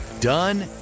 done